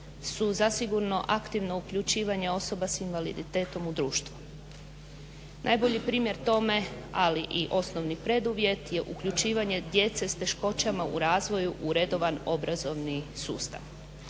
su zasigurno aktivno uključivanje osoba s invaliditetom u društvo. Najbolji primjer tome ali i osnovni preduvjet je uključivanje djece s teškoćama u razvoju u redovan obrazovni sustav.